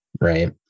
Right